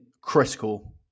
critical